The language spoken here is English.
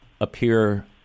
appear